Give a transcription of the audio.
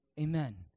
Amen